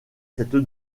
cette